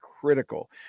critical